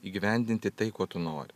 įgyvendinti tai ko tu nori